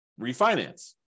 refinance